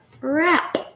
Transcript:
wrap